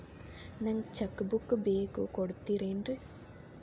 ನಂಗ cheque book ಬೇಕು ಕೊಡ್ತಿರೇನ್ರಿ?